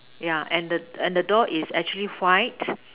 yeah and the and the door is actually white